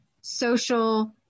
social